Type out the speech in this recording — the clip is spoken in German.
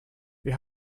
wir